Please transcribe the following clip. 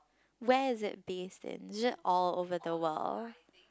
where is it based in is it all over the world